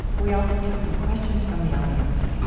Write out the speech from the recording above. we also took some questions from the audience